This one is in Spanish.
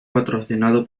patrocinado